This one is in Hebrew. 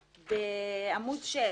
בעמוד 6,